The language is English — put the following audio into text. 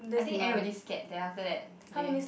I think everybody scared then after that they